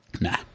Nah